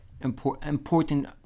important